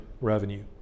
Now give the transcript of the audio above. revenue